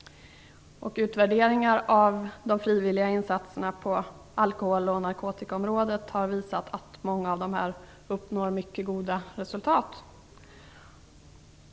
Utvärderingar av de frivilliga insatserna på alkohol och narkotikaområdet har visat att många av dessa uppnår mycket goda resultat.